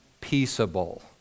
peaceable